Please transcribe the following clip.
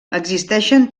existeixen